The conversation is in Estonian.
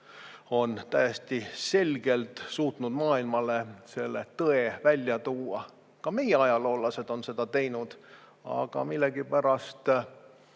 on täiesti selgelt suutnud maailmale selle tõe välja tuua. Ka meie ajaloolased on seda teinud, aga millegipärast